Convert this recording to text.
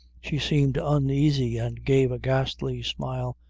she seemed uneasy, and gave a ghastly smile,